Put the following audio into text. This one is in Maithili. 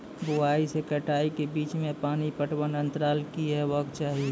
बुआई से कटाई के बीच मे पानि पटबनक अन्तराल की हेबाक चाही?